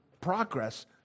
progress